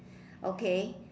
okay